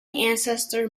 ancestor